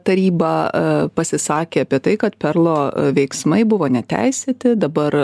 taryba pasisakė apie tai kad perlo veiksmai buvo neteisėti dabar